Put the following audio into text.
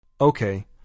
Okay